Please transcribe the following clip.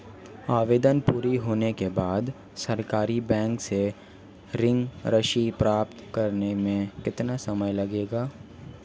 आवेदन पूरा होने के बाद सरकारी बैंक से ऋण राशि प्राप्त करने में कितना समय लगेगा?